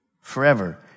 forever